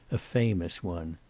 a famous one.